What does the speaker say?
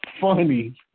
funny